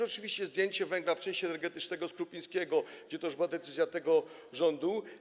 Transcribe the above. Oczywiście zdjęcie węgla w części energetycznej z Krupińskiego to też była decyzja tego rządu.